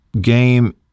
game